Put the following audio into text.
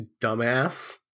dumbass